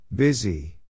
Busy